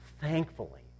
thankfully